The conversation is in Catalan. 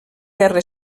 guerra